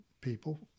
people